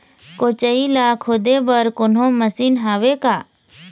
कोचई ला खोदे बर कोन्हो मशीन हावे का?